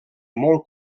molt